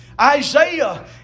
Isaiah